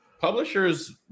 publishers